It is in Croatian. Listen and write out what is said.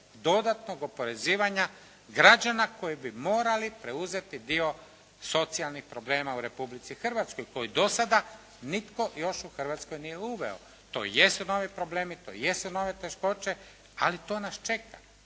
dodatnog oporezivanja građana koji bi morali preuzeti dio socijalnih problema u Republici Hrvatskoj koji do sada nitko još u Hrvatskoj nije uveo. To jesu novi problemi, to jesu nove teškoće, ali to nas čeka.